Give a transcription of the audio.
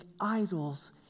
idols